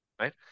right